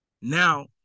Now